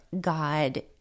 God